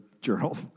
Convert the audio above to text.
journal